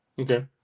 Okay